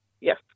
Yes